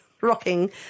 rocking